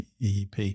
EEP